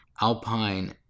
Alpine